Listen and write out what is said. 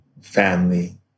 family